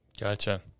Gotcha